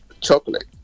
chocolate